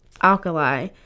alkali